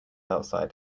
outside